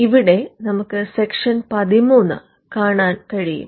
ഇവിടെ നമുക്ക് സെക്ഷൻ 13 കാണാൻ കഴിയും